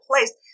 place